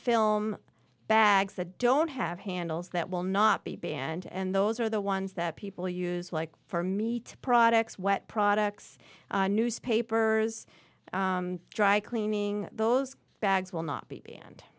film bags that don't have handles that will not be banned and those are the ones that people use like for meat products wet products newspapers dry cleaning those bags will not be banned